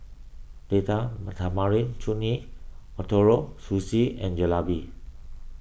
Data Tamarind Chutney Ootoro Sushi and Jalebi